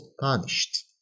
punished